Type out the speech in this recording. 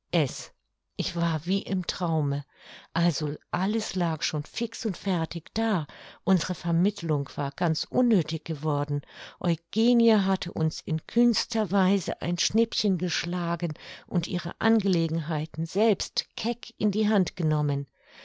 ich war wie im traume also alles lag schon fix und fertig da unsere vermittelung war ganz unnöthig geworden eugenie hatte uns in kühnster weise ein schnippchen geschlagen und ihre angelegenheiten selbst keck in die hand genommen